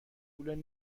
طول